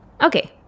Okay